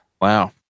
Wow